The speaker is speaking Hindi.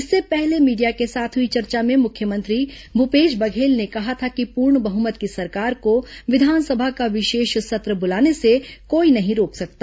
इससे पहले मीडिया के साथ हुई चर्चा में मुख्यमंत्री भूपेश बघेल ने कहा था कि पूर्ण बहुमत की सरकार को विधानसभा का विशेष सत्र बुलाने से कोई नहीं रोक सकता